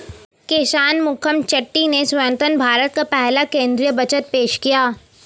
के शनमुखम चेट्टी ने स्वतंत्र भारत का पहला केंद्रीय बजट पेश किया